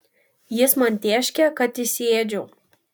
jis man tėškė kad įsiėdžiau